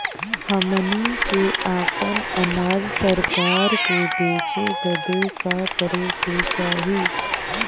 हमनी के आपन अनाज सरकार के बेचे बदे का करे के चाही?